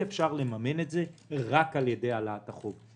אפשר לממן את זה רק על-ידי העלאת החוב.